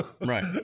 Right